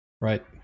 Right